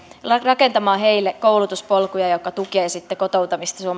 rakentamaan heille koulutuspolkuja jotka tukevat sitten